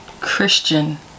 Christian